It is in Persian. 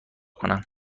کنم